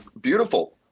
Beautiful